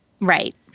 Right